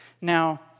Now